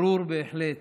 ברור בהחלט